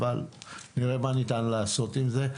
אבל נראה מה ניתן לעשות עם זה.